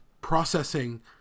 processing